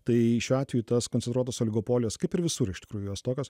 tai šiuo atveju tas koncentruotos oligopolijos kaip ir visur iš tikrųjų jos tokios